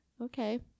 Okay